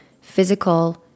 physical